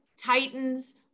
Titans